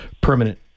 permanent